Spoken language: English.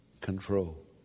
control